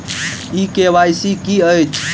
ई KYC की अछि?